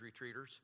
retreaters